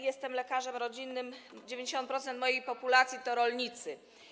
Jestem lekarzem rodzinnym, 90% mojej populacji to rolnicy.